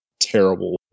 terrible